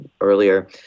earlier